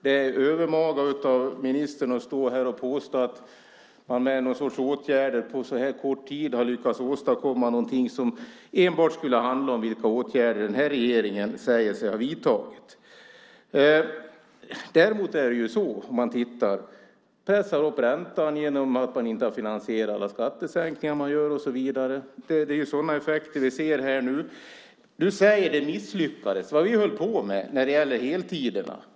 Det är övermaga av ministern att stå här och påstå att man med några sorts åtgärder på så här kort tid har lyckats åstadkomma någonting som enbart skulle handla om vilka åtgärder den här regeringen säger sig ha vidtagit. Om man tittar ser man att räntan pressas upp genom att man inte har finansierat alla skattesänkningarna man gör och så vidare. Det är sådana effekter vi nu ser. Ni säger att vi misslyckades. Vi höll på med heltiderna.